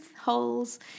holes